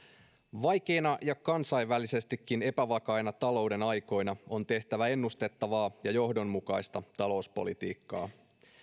vaikeina ja kansainvälisestikin epävakaina talouden aikoina on tehtävä ennustettavaa ja johdonmukaista talouspolitiikkaa